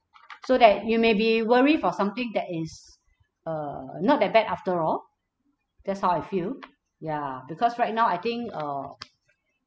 so that you may be worry for something that is err not that bad after all that's how I feel ya because right now I think err